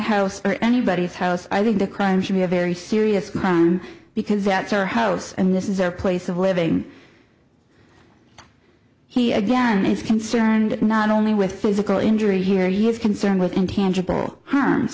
house or anybody's house i think the crime should be a very serious crime because that's our house and this is our place of living he again is concerned not only with physical injury here his concern with intangible harm